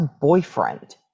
boyfriend